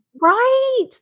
Right